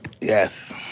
Yes